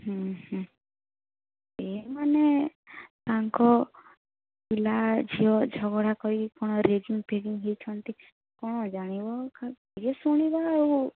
ହୁଁ ହୁଁ ଏଇମାନେ ତାଙ୍କ ପିଲା ଝିଅ ଝଗଡ଼ା କରି କ'ଣ ରେଙ୍ଗିଗ୍ ଫେଙ୍ଗିଗ୍ ହୋଇଛନ୍ତି କ'ଣ ଜାଣିବ ଯିଏ ଶୁଣିବ ଆଉ